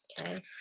okay